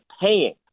paying